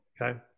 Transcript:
Okay